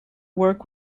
work